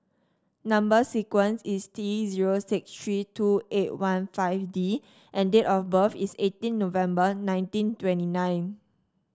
number sequence is T zero six three two eight one five D and date of birth is eighteen November nineteen twenty nine